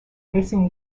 racing